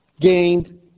gained